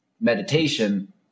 meditation